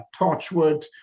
Torchwood